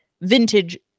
vintage